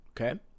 okay